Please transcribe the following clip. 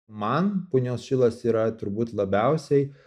man punios šilas yra turbūt labiausiai